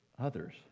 others